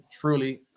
truly